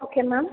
okay ma'am